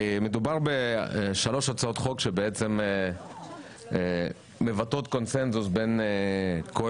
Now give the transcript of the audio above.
מדובר ב-3 הצעות חוק שבעצם מבטאות קונצנזוס בין כל